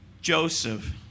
Joseph